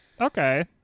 Okay